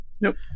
Nope